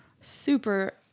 super